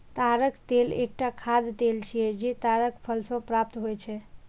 ताड़क तेल एकटा खाद्य तेल छियै, जे ताड़क फल सं प्राप्त होइ छै